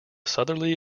southerly